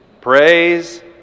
Praise